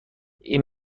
این